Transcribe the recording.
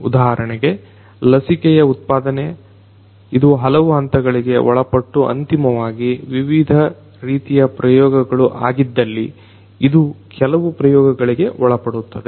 ಉಧಾಹರಣೆಗೆ ಲಸಿಕೆಯ ಉತ್ಪಾದನೆ ಇದು ಹಲವು ಹಂತಗಳಿಗೆ ಒಳಪಟ್ಟು ಅಂತಿಮವಾಗಿ ವಿವಿಧ ರೀತಿಯ ಪ್ರಯೋಗಗಳು ಆಗಿದ್ದಲ್ಲಿ ಇದು ಕೆಲವು ಪ್ರಯೋಗಗಳಿಗೆ ಒಳಪಡುತ್ತದೆ